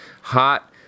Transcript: hot